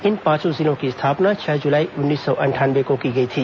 इन पांचों जिलों की स्थापना छह जुलाई उन्नीस सौ अंठानवे को की गई थी